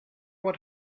what